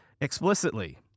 explicitly